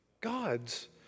God's